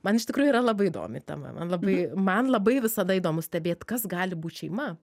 man iš tikrųjų yra labai įdomi tema man labai man labai visada įdomu stebėt kas gali būt šeima